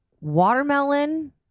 watermelon